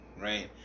right